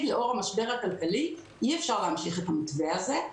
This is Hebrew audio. לאור המשבר הכלכלי שאי אפשר להמשיך את המתווה הזה.